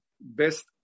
best